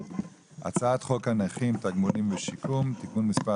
הצעת חוק הנכים (תגמולים ושיקום) (תיקון מספר